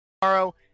Tomorrow